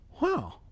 wow